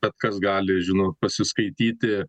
bet kas gali žino pasiskaityti